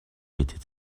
est